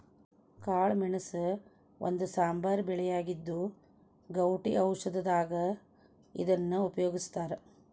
ಕಾಳಮೆಣಸ ಒಂದು ಸಾಂಬಾರ ಬೆಳೆಯಾಗಿದ್ದು, ಗೌಟಿ ಔಷಧದಾಗ ಇದನ್ನ ಉಪಯೋಗಸ್ತಾರ